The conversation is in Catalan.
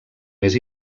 més